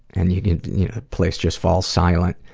and the you know place just falls silent.